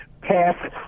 pass